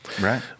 Right